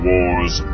Wars